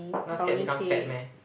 not scared become fat meh